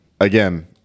again